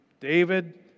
David